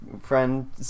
friend